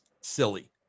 Silly